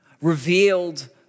revealed